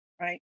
right